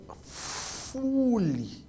fully